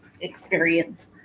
experience